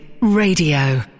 Radio